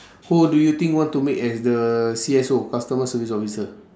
who do you think want to make as the C_S_O customer service officer